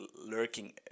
lurking